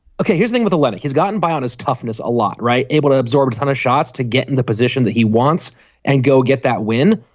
okay here's thing with a letter he's gotten by on his toughness a lot. right. able to absorb a ton of shots to get in the position that he wants and go get that win.